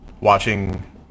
watching